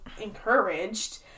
encouraged